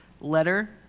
letter